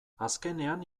azkenean